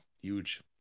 Huge